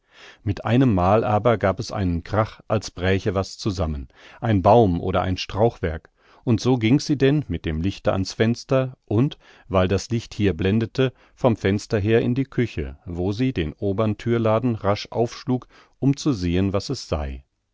mit einem mal aber gab es einen krach als bräche was zusammen ein baum oder ein strauchwerk und so ging sie denn mit dem licht ans fenster und weil das licht hier blendete vom fenster her in die küche wo sie den obern thürladen rasch aufschlug um zu sehn was es sei